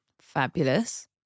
Fabulous